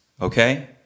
okay